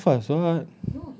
he never lafaz [what]